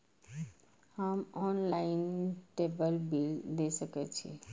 हम online table bill दे सके छी?